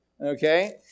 okay